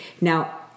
Now